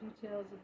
details